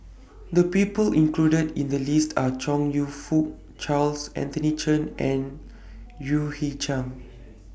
The People included in The list Are Chong YOU Fook Charles Anthony Chen and U Hui Chang